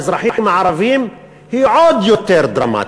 הפגיעה באזרחים הערבים היא עוד יותר דרמטית,